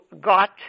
got